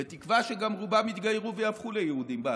בתקווה שגם רובם יתגיירו ויהפכו ליהודים בעתיד.